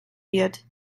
wird